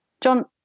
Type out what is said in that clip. John